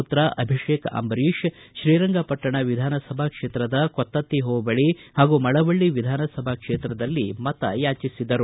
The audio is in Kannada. ಮತ್ರ ಅಭಿಷೇಕ್ ಅಂಬರೀತ್ ಶ್ರೀರಂಗಪಟ್ಟಣ ವಿಧಾನ ಸಭಾ ಕ್ಷೇತ್ರದ ಕೊತ್ತಕ್ತಿ ಹೋಬಳಿ ಹಾಗೂ ಮಳವಳ್ಳಿ ವಿಧಾನ ಸಭಾ ಕ್ಷೇತ್ರದಲ್ಲಿ ಮತಯಾಚಿಸಿದರು